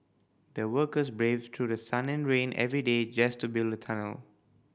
the workers braved through the sun rain every day just to build the tunnel